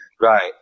right